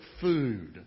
food